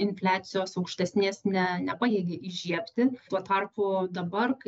infliacijos aukštesnės ne nepajėgė įžiebti tuo tarpu dabar